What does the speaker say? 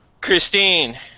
Christine